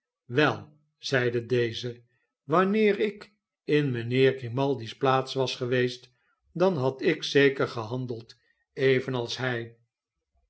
wel zeide deze wanneer ikinmijnheer grimaldi's plaats was geweest dan had ik zeker gehandeld evenals hij